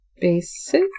Basic